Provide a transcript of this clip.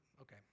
Okay